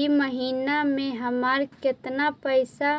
इ महिना मे हमर केतना पैसा